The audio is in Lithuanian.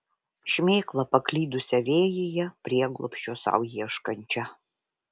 šmėklą paklydusią vėjyje prieglobsčio sau ieškančią